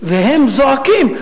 והם זועקים.